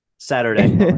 Saturday